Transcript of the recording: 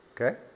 Okay